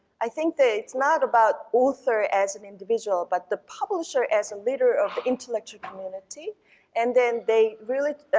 i think that it's not about author as an individual but the publisher as a leader of intellectual community and then they really,